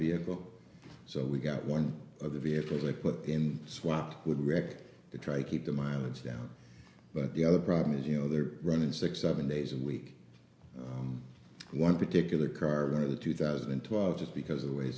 vehicle so we got one of the vehicles i put in swap would record to try keep the mileage down but the other problem is you know they're running six seven days a week one particular car going to the two thousand and twelve just because of the way